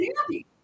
happy